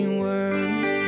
word